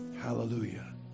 Hallelujah